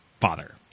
father